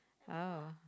oh